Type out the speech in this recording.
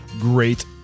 great